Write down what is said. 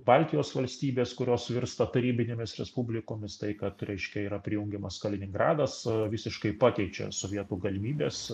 baltijos valstybės kurios virsta tarybinėmis respublikomis tai kad reiškia yra prijungiamas kaliningradas visiškai pakeičia sovietų galimybes